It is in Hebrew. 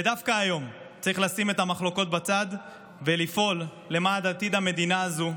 ודווקא היום צריך לשים את המחלוקות בצד ולפעול למען עתיד המדינה הזו,